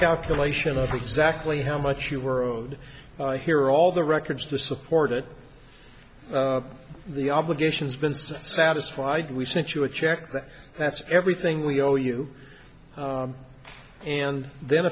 calculation of exactly how much you were owed here all the records to support it the obligations been satisfied we sent you a check that's everything we owe you and then